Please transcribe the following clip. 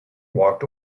walked